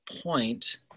point